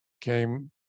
came